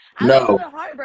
No